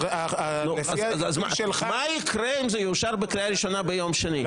אז מה יקרה אם זה יאושר בקריאה ראשונה ביום שני?